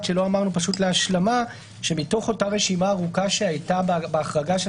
להשלמה - מתוך אותה רשימה שהיתה בהחרגה של